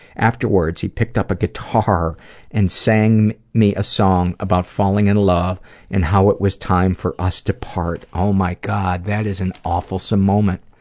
afterwards, he picked up a guitar and sang me a song about falling in love and how it was time for us to part oh my god, that is an awfulsome moment!